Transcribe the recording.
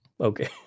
Okay